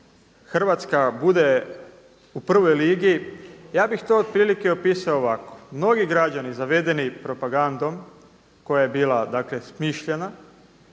Hrvatska bude u prvoj ligi, ja bih to otprilike opisao ovako, mnogi građani zavedeni propagandom koja je bila dakle smišljena,